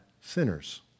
sinners